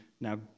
Now